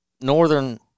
Northern